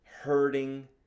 hurting